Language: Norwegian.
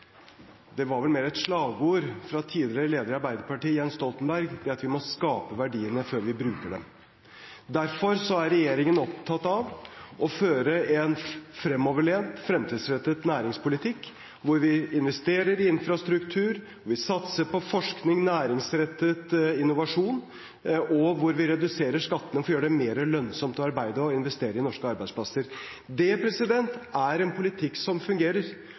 Arbeiderpartiet, Jens Stoltenberg – var at vi må skape verdiene før vi bruker dem. Derfor er regjeringen opptatt av å føre en fremoverlent, fremtidsrettet næringspolitikk, hvor vi investerer i infrastruktur, satser på forskning og næringsrettet innovasjon, og hvor vi reduserer skattene for å gjøre det mer lønnsomt å arbeide og investere i norske arbeidsplasser. Det er en politikk som fungerer.